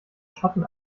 schotten